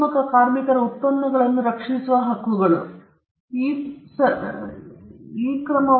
ಕ್ರಿಯಾತ್ಮಕ ಕಾರ್ಮಿಕರ ಉತ್ಪನ್ನಗಳನ್ನು ರಕ್ಷಿಸುವ ಹಕ್ಕುಗಳು ಇದು ಇನ್ನೊಂದು ವ್ಯಾಖ್ಯಾನವಾಗಿದೆ